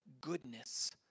goodness